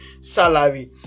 salary